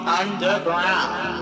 underground